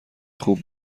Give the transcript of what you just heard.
خوب